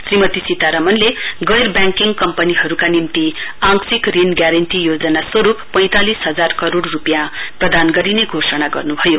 श्रीमती सीतारामणले गैरव्याङ्किङ कम्पनीहरुका निम्ति आंशिक ऋण ग्यारेण्टी योजना स्वरुप पैतांलिस हजार करोड़ रुपियाँ प्रदान गरिने घोषणा गर्नुभय